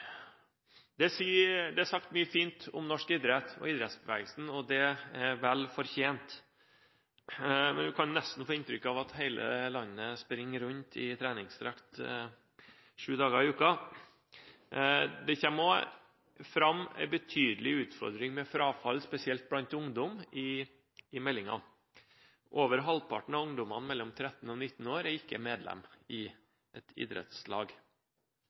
Det er sagt mye fint om norsk idrett og idrettsbevegelsen, og det er vel fortjent. Man kan nesten få inntrykk av at hele landet springer rundt i treningsdrakt sju dager i uka, men det kommer også fram en betydelig utfordring med frafall, spesielt blant ungdom, i meldingen. Over halvparten av ungdommene mellom 13 og 19 år er ikke medlem i et idrettslag.